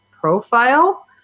profile